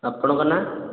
ଆପଣଙ୍କ ନାଁ